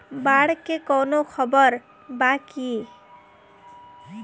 बाढ़ के कवनों खबर बा की?